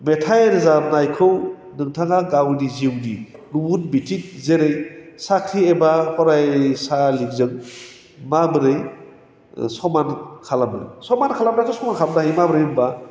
मेथाइ रोजाबनायखौ नोंथाङा गावनि जिउनि गुबुन बिथिं जेरै साख्रि एबा फरायसालिजों माबोरै समान खालामो समान खालामनायाथ' समान खालामनो हायो माब्रै होनबा